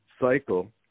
cycle